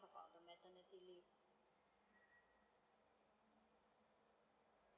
the maternity leave